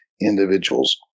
individuals